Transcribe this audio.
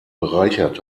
bereichert